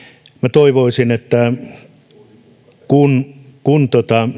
toivoisin että kun kun